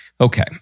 Okay